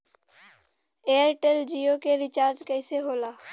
Airtel Jio के recharge कैसे होला?